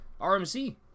RMC